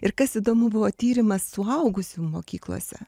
ir kas įdomu buvo tyrimas suaugusių mokyklose